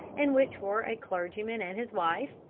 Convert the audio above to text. in which were a clergyman and his wife,